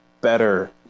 better